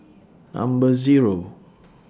Number Zero